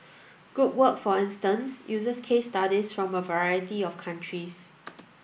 group work for instance uses case studies from a variety of countries